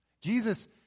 Jesus